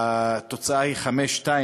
התוצאה היא 2:5,